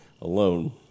alone